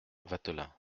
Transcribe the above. vatelin